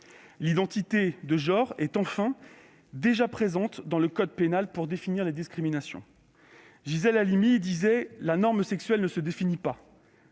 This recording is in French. L'identité de genre est enfin déjà présente dans le code pénal pour définir les discriminations. Gisèle Halimi disait que « la norme sexuelle ne se définit pas ».